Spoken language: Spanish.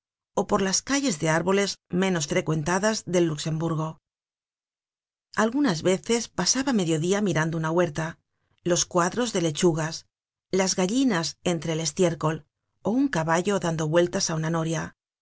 ó por las calles de árboles menos frecuentadas del luxemburgo algunas veces pasaba medio dia mirando una huerta los cuadros de lechugas las gallinas entre el estiércol ó un caballo dando vueltas á una noria